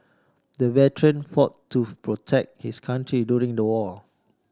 the veteran fought to protect his country during the war